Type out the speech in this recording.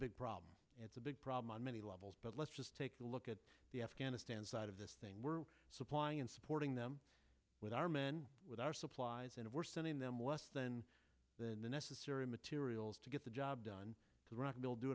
big problem it's a big problem on many levels but let's just take a look at the afghanistan side of this thing we're supplying and supporting them with our men with our supplies and we're sending them less than the necessary materials to get the job done the rock will do